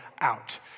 out